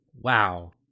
wow